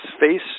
face